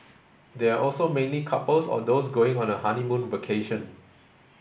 they are also mainly couples or those going on a honeymoon vacation